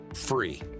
free